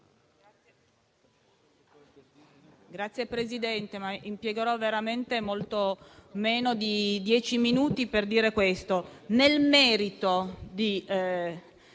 Signora Presidente, impiegherò veramente molto meno di dieci minuti per dire che